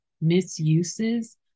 misuses